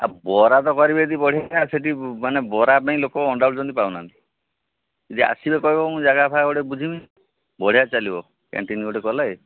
ଆଉ ବରା ତ କରିବେ ଯଦି ବଢ଼ିଆ ସେଠି ମାନେ ବରା ପାଇଁ ଲୋକ ଅଣ୍ଡାଳୁଛନ୍ତି ପାଉନାହାନ୍ତି ଯଦି ଆସିବେ କହିବ ମୁଁ ଜାଗା ଫାଗା ଗୋଟେ ବୁଝିବି ବଢ଼ିଆ ଚାଲିବ କ୍ୟାଣ୍ଟିନ୍ ଗୋଟେ କଲେ